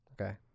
Okay